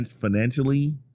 financially